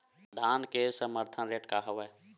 धान के समर्थन रेट का हवाय?